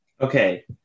Okay